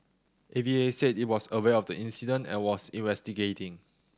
A V A said it was aware of the incident and was investigating